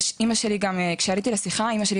אימא שלי, יש לה נכות.